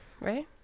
Right